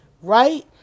right